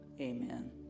amen